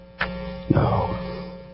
No